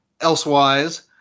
elsewise